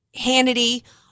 Hannity